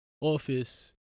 office